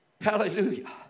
Hallelujah